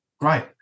great